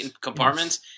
compartments